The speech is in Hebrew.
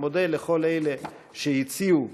אני מודה לכל אלה שהציעו